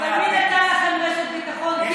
מי נתן לכם רשת ביטחון?